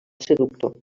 seductor